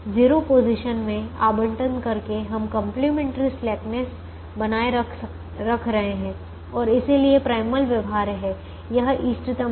0 position में आवंटन करके हम कंप्लीमेंट्री स्लेकनेस बनाए रख रहे हैं और इसलिए प्राइमल व्यवहार्य है यह इष्टतम है